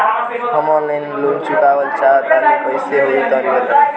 हम online loan चुकावल चाहऽ तनि कइसे होई तनि बताई?